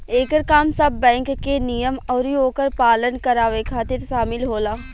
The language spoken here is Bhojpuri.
एकर काम सब बैंक के नियम अउरी ओकर पालन करावे खातिर शामिल होला